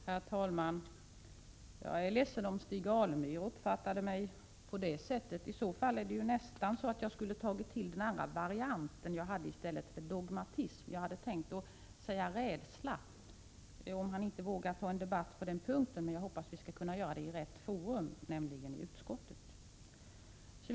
Herr talman! Jag är ledsen om Stig Alemyr uppfattade mitt inlägg på det sättet. I så fall borde jag nästan ha tagit till en variant i stället för ”dogmatism”. Jag hade tänkt säga ”rädsla”. om Stig Alemyr inte vågar ta en debatt på den punkten. Men jag hoppas att vi skall kunna göra det i rätt forum, nämligen i utskottet.